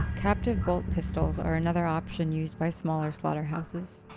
captive bolt pistols are another option used by smaller slaughterhouses.